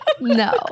no